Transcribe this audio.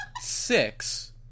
six